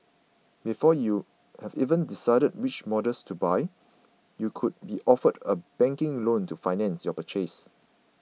before you have even decided which models to buy you could be offered a banking loan to finance your purchase